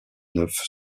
neuf